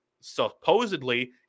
supposedly